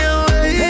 away